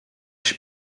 się